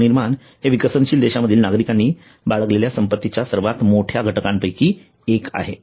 गृहनिर्माण हे विकसनशील देशांमधील नागरीकांनी बाळगलेल्या संपत्तीच्या सर्वात मोठ्या घटकांपैकी एक आहे